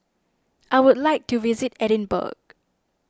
I would like to visit Edinburgh